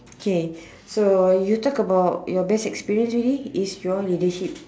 okay so you talk about your best experience already is your leadership